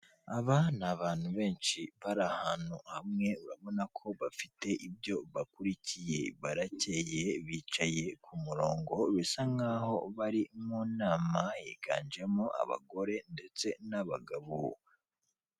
Aba ni abantu benshi bari ahantu hamwe urabona ko bafite ibyo bakurikiye, barakeye bicaye ku murongo bisa nk'aho bari mu nama yiganjemo abagore ndetse n'abagabo.